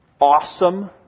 Awesome